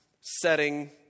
setting